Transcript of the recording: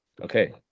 Okay